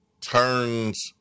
turns